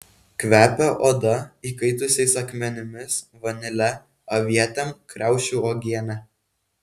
kvepia oda įkaitusiais akmenimis vanile avietėm kriaušių uogiene